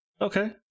Okay